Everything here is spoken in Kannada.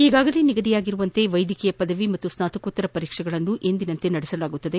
ಈಗಾಗಲೇ ನಿಗದಿಯಾಗಿರುವಂತೆ ವೈದ್ಯಕೀಯ ಪದವಿ ಮತ್ತು ಸ್ವಾತಕೋತ್ತರ ಪರೀಕ್ಷೆಗಳನ್ನು ನಡೆಸಲಾಗುವುದು